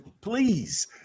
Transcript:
please